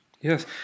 Yes